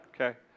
Okay